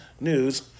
news